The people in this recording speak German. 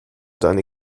deine